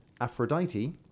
Aphrodite